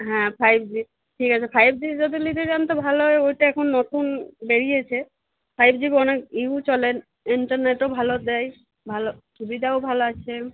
হ্যাঁ five G ঠিক আছে ফাইভ জি যদি নিতে চান তো ভালোই ওইটা এখন নতুন বেরিয়েছে ফাইভ জি ফোনে ইউ চলেন ইন্টারনেটও ভালো দেয় ভালো সুবিধাও ভালো আছে